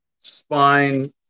spine